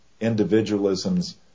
individualism's